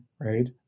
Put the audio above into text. right